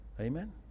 Amen